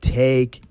take